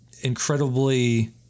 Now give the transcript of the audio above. incredibly